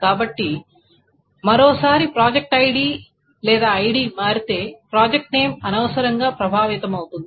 కాబట్టి మరోసారి project ID లేదా ఐడి మారితే ప్రాజెక్ట్ నేమ్ అనవసరంగా ప్రభావితమవుతుంది